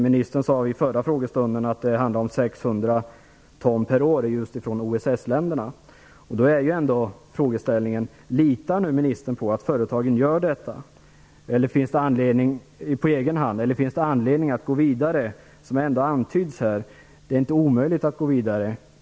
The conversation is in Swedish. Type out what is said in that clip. Ministern sade under den förra frågestunden att det rörde sig om 600 ton per år från OSS-länderna. Frågan är om ministern litar på att företagen nu på egen hand skall göra som de sagt eller om det finns anledning att gå vidare - det har ju här antytts att det inte skulle vara omöjligt.